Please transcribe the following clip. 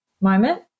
moment